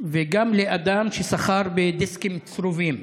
וגם לאדם שסחר בדיסקים צרובים.